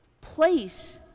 place